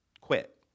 quit